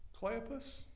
Cleopas